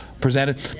presented